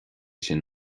sin